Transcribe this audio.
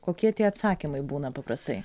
kokie tie atsakymai būna paprastai